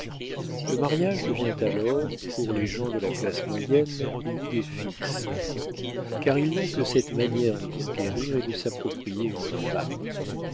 le mariage devient alors pour les gens de la classe moyenne une idée fixe car ils n'ont que cette manière de conquérir et de s'approprier une femme